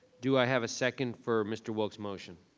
do i have a second for mr. wilk's motion?